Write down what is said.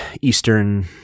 Eastern